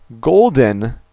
golden